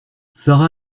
sara